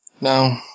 No